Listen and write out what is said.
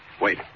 Wait